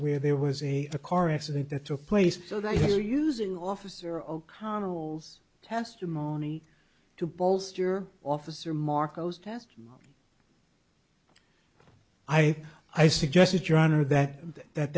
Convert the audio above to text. where there was a car accident that took place so they are using officer o'connell's testimony to bolster officer marco's test i i suggested your honor that that